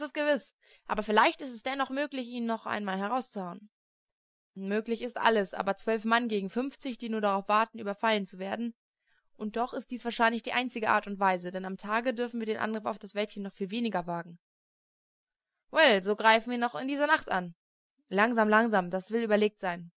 gewiß aber vielleicht ist es dennoch möglich ihn noch einmal herauszuhauen hm möglich ist alles aber zwölf mann gegen fünfzig die nur darauf warten überfallen zu werden und doch ist dies wahrscheinlich die einzige art und weise denn am tage dürfen wir den angriff auf das wäldchen noch viel weniger wagen well so greifen wir noch in dieser nacht an langsam langsam das will überlegt sein